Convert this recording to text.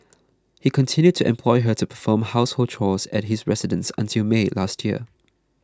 he continued to employ her to perform household chores at his residence until May last year